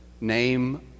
name